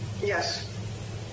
Yes